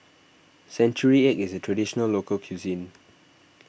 Century Egg is a Traditional Local Cuisine